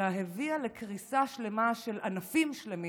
אלא הביאה לקריסה שלמה של ענפים שלמים,